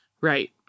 Right